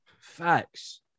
Facts